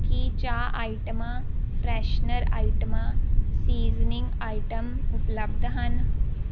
ਕੀ ਚਾਹ ਆਈਟਮਾਂ ਫਰੈਸ਼ਨਰ ਆਈਟਮਾਂ ਸੀਜ਼ਨਿੰਗ ਆਈਟਮ ਉਪਲਬਧ ਹਨ